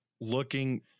looking